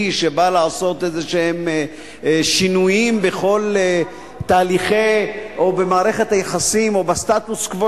שבא לעשות שינויים בכל תהליכי או במערכת היחסים או בסטטוס-קוו